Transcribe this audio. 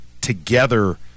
together